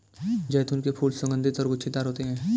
जैतून के फूल सुगन्धित और गुच्छेदार होते हैं